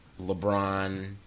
LeBron